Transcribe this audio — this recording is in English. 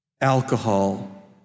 alcohol